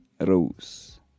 Rose